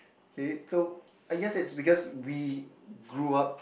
okay so I guess it's because we grew up